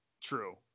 true